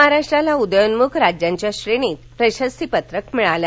महाराष्ट्राला उदयोन्मुख राज्यांच्या श्रेणीत प्रशस्तीपत्र मिळालं